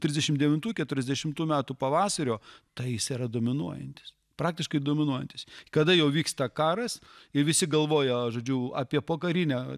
trisdešimt devintų keturiasdešimtų metų pavasario tai jis yra dominuojantis praktiškai dominuojantis kada jau vyksta karas ir visi galvojo žodžiu apie pokarinę